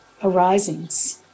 arisings